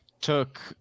took